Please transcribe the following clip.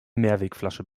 mehrwegflasche